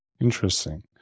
Interesting